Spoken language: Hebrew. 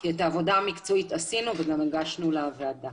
כי את העבודה המקצועית עשינו וגם הגשנו לוועדה.